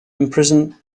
imprison